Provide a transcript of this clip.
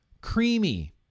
Creamy